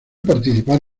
participar